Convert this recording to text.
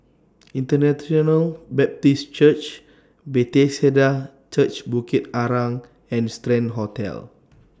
International Baptist Church Bethesda Church Bukit Arang and Strand Hotel